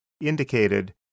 indicated